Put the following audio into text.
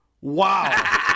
Wow